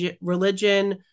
religion